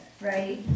right